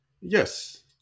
yes